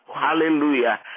Hallelujah